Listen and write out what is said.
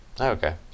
Okay